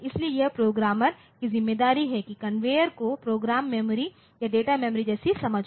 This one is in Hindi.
इसलिए यह प्रोग्रामर कि जिम्मेदारी है कि कन्वेयर को प्रोग्राम मेमोरी या डेटा मेमोरी जैसी समझ हो